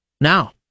Now